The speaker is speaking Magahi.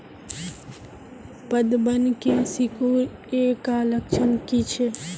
पतबन के सिकुड़ ऐ का लक्षण कीछै?